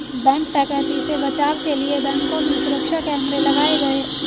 bank डकैती से बचाव के लिए बैंकों में सुरक्षा कैमरे लगाये गये